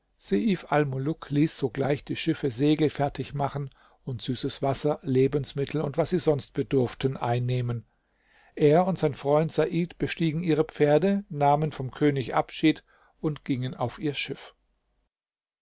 ließ sogleich die schiffe segelfertig machen und süßes wasser lebensmittel und was sie sonst bedurften einnehmen er und sein freund said bestiegen ihre pferde nahmen vom könig abschied und gingen auf ihr schiff